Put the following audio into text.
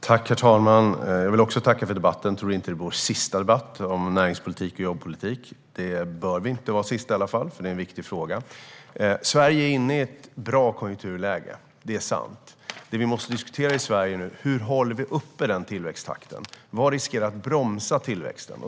Herr talman! Jag vill också tacka för debatten. Jag tror inte att detta är vår sista debatt om näringspolitik och jobbpolitik. Det bör inte vara den sista i alla fall, för det är en viktig fråga. Sverige är inne i ett bra konjunkturläge - det är sant. Det vi nu måste diskutera i Sverige är: Hur håller vi uppe den tillväxttakten? Vad riskerar att bromsa tillväxten?